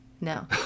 No